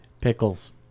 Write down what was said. Pickles